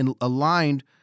aligned